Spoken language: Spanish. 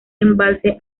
embalse